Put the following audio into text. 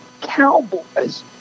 cowboys